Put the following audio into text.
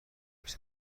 بهش